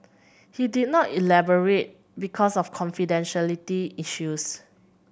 he did not elaborate because of confidentiality issues